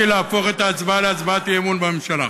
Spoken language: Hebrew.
ביקשתי להפוך את ההצבעה להצבעת אי-אמון בממשלה.